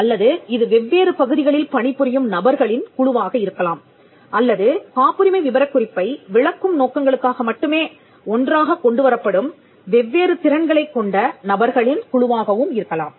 அல்லது இது வெவ்வேறு பகுதிகளில் பணிபுரியும் நபர்களின் குழுவாக இருக்கலாம் அல்லது காப்புரிமை விபரக் குறிப்பை விளக்கும் நோக்கங்களுக்காக மட்டுமே ஒன்றாகக் கொண்டுவரப்படும் வெவ்வேறு திறன்களைக் கொண்ட நபர்களின் குழுவாகவும் இருக்கலாம்